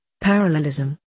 Parallelism